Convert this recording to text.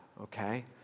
okay